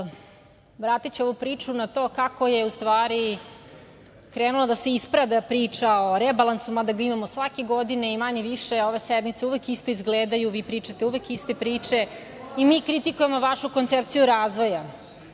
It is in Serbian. vratiću ovu priču na to kako je ustvari krenula da se ispreda priča o rebalansu, mada ga imamo svake godine i manje, više ove sednice uvek istoj izgledaju. Vi pričate uvek iste priče i mi kritikujemo vašu koncepciju razvoja. Dakle,